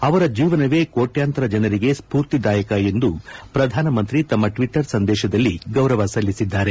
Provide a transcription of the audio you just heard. ಅವರ ಜೀವನವೇ ಕೋಟ್ಕಂತರ ಜನರಿಗೆ ಸ್ಪೂರ್ತಿದಾಯಕ ಎಂದು ಶ್ರಧಾನಮಂತ್ರಿ ತಮ್ಮ ಟ್ವಟರ್ ಸಂದೇಶದಲ್ಲಿ ಗೌರವ ಸಲ್ಲಿಸಿದ್ದಾರೆ